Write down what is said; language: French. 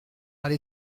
aller